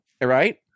Right